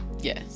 Yes